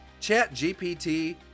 ChatGPT